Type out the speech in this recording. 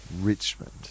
Richmond